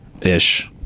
ish